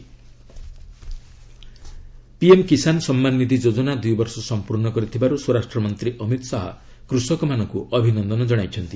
ଶାହା କିଷାନ ପିଏମ୍ କିଷାନ ସମ୍ମାନ ନିଧି ଯୋଜନା ଦୁଇବର୍ଷ ସମ୍ପୂର୍ଣ୍ଣ କରିଥିବାରୁ ସ୍ୱରାଷ୍ଟ୍ରମନ୍ତ୍ରୀ ଅମିତ ଶାହା କୃଷକମାନଙ୍କୁ ଅଭିନନ୍ଦନ ଜଣାଇଛନ୍ତି